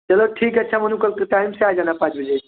चलो ठीक है अच्छा मानो कल से टाइम से आ जाना पाँच बजे